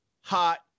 hot